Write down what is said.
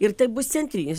ir tai bus centrinis